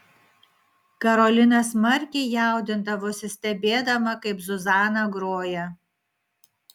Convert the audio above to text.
karolina smarkiai jaudindavosi stebėdama kaip zuzana groja